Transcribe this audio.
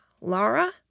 Laura